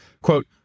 quote